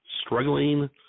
struggling –